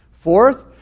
Fourth